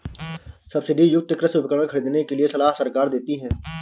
subsidy युक्त कृषि उपकरण खरीदने के लिए सलाह सरकार देती है